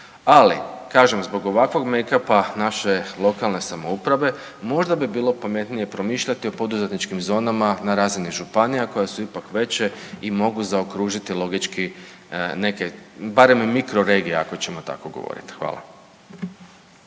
ali kažem zbog ovakvog make up-a naše lokalne samouprave možda bi bilo pametnije promišljati o poduzetničkim zonama na razini županija koje su ipak veće i mogu zaokružiti logički neke barem mikroregije ako ćemo tako govoriti. Hvala.